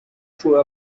through